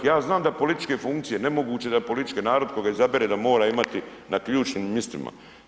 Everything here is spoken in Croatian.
Ja znam da političke funkcije, nemoguće da političke narod koga izabere da mora imati na ključnim mistima.